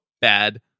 bad